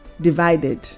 divided